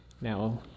Now